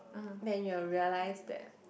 then you will realise that